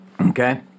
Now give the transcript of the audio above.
Okay